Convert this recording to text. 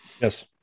Yes